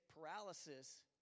paralysis